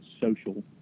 social